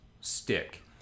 stick